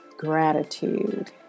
gratitude